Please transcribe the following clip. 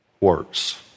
works